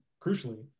crucially